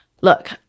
Look